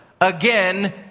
Again